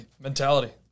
Mentality